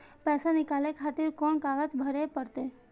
पैसा नीकाले खातिर कोन कागज भरे परतें?